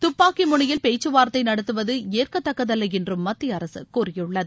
தப்பாக்கி முனையில் பேச்சு வார்த்தை நடத்துவது ஏற்கத்தக்கதல்ல என்றும் மத்திய அரசு கூறியுள்ளது